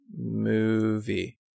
movie